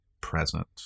present